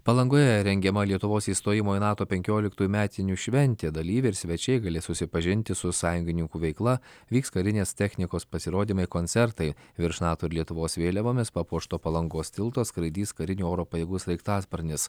palangoje rengiama lietuvos įstojimo į nato penkioliktųjų metinių šventė dalyviai ir svečiai galės susipažinti su sąjungininkų veikla vyks karinės technikos pasirodymai koncertai virš nato ir lietuvos vėliavomis papuošto palangos tilto skraidys karinių oro pajėgų sraigtasparnis